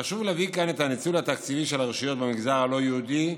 חשוב להביא כאן את הניצול התקציבי של הרשויות במגזר הלא-יהודי.